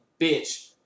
bitch